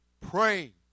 praying